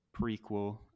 prequel